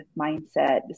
mindset